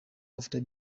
after